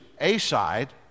A-side